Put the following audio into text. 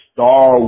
Star